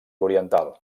oriental